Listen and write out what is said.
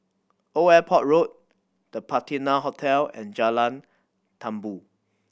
Old Airport Road The Patina Hotel and Jalan Tambur